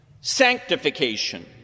sanctification